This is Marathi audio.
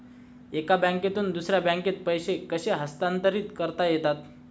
एका बँकेतून दुसऱ्या बँकेत पैसे कसे हस्तांतरित करता येतात?